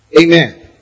Amen